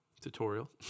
Tutorial